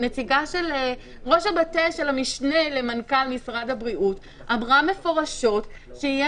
ראש המטה של המשנה למנכ"ל משרד הבריאות אמרה מפורשות שיהיה